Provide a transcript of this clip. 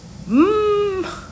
Mmm